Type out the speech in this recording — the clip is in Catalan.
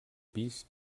pis